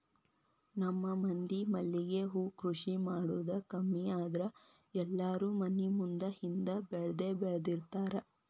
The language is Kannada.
ನಮ್ಮ ಮಂದಿ ಮಲ್ಲಿಗೆ ಹೂ ಕೃಷಿ ಮಾಡುದ ಕಮ್ಮಿ ಆದ್ರ ಎಲ್ಲಾರೂ ಮನಿ ಮುಂದ ಹಿಂದ ಬೆಳ್ದಬೆಳ್ದಿರ್ತಾರ